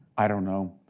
i don't know.